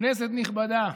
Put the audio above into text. כנסת נכבדה,